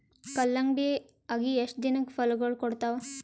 ಕಲ್ಲಂಗಡಿ ಅಗಿ ಎಷ್ಟ ದಿನಕ ಫಲಾಗೋಳ ಕೊಡತಾವ?